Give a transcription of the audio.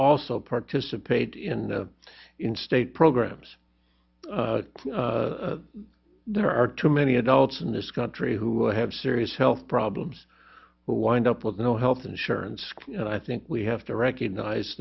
also participate in in state programs there are too many adults in this country who have serious health problems who wind up with no health insurance and i think we have to recognize